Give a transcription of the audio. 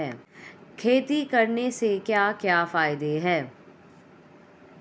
खेती करने से क्या क्या फायदे हैं?